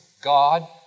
God